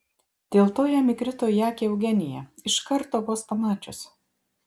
dėl to jam įkrito į akį eugenija iš karto vos pamačius